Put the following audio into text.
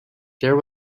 there